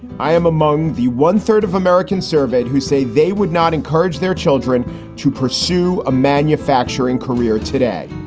i am among the one third of americans surveyed who say they would not encourage their children to pursue a manufacturing career today.